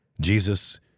Jesus